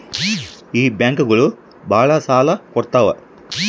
ಈ ಬ್ಯಾಂಕುಗಳು ಭಾಳ ಸಾಲ ಕೊಡ್ತಾವ